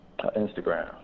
Instagram